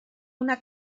una